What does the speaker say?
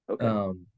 Okay